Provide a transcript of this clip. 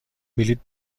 بلیط